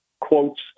quotes